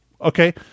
Okay